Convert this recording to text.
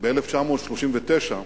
ב-1939,